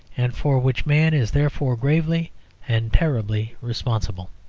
and for which man is therefore gravely and terribly responsible.